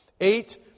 eight